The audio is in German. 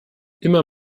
immer